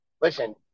listen